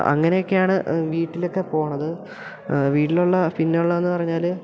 അങ്ങനെയെക്കെയാണ് വീട്ടിൽ ഒക്കെ പോണത് വീട്ടിലുള്ള പിന്നെ ഉള്ളതെന്ന് പറഞ്ഞാൽ